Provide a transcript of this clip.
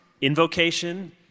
invocation